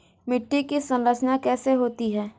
मिट्टी की संरचना कैसे होती है?